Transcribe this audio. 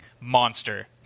monster